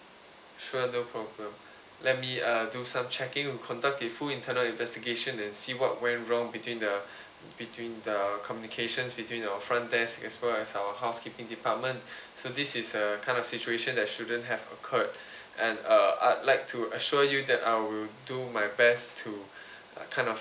sure no problem let me uh do some checking we conduct the full internal investigation and see what went wrong between the _ between the communications between our front desk as well as our housekeeping department so this is a kind of situation that shouldn't have occurred and uh I'd like to assure you that I will do my best to uh kind of